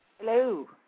Hello